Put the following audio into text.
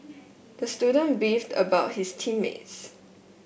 the student beefed about his team mates